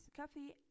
coffee